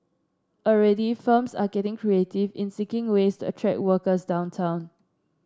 already firms are getting creative in seeking ways to attract workers downtown